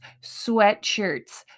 sweatshirts